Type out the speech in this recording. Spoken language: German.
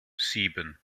sieben